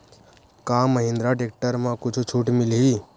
का महिंद्रा टेक्टर म कुछु छुट मिलही?